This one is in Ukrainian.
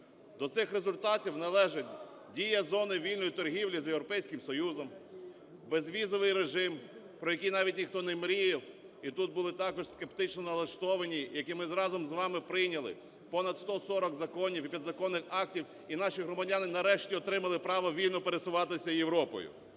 До цих результатів належить дія зони вільної торгівлі з Європейським Союзом, безвізовий режим, про який навіть ніхто не мріяв, і тут були також скептично налаштовані. Ми разом з вами прийняли понад 140 законів і підзаконних актів, і наші громадяни нарешті отримали право вільно пересуватися Європою.